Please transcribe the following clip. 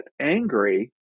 angry